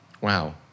Wow